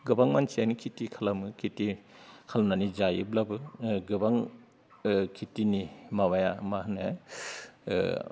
गोबां मानसियानो खिथि खालामो खिथि खालामनानै जायोब्लाबो गोबां खिथिनि माबाया माहोनो